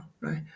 right